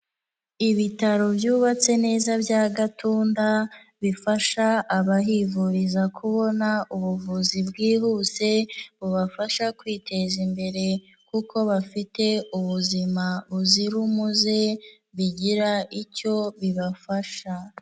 Ibitaro byubatse neza bya Gatunda, bifasha abahivuriza kubona ubuvuzi bwihuse, bubafasha kwiteza imbere kuko bafite ubuzima buzira umuze, bigira icyo bibafasha.